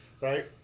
Right